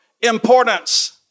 Importance